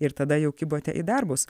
ir tada jau kibote į darbus